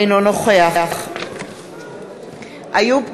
אינו נוכח איוב קרא,